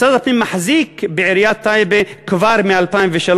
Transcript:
משרד הפנים מחזיק בעיריית טייבה כבר מ-2003,